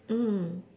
mm